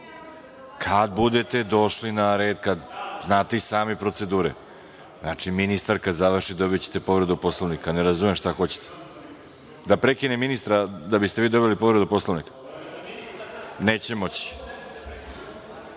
budete došli na red, znate i sami procedure. Ministar kada završi dobićete povredu Poslovnika, ne razumem šta hoćete, da prekinem ministra da biste dobili povredu poslovnika? Neće moći.